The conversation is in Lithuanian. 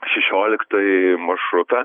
šešioliktąjį maršrutą